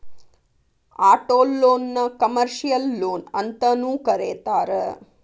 ಆಟೊಲೊನ್ನ ಕಮರ್ಷಿಯಲ್ ಲೊನ್ಅಂತನೂ ಕರೇತಾರ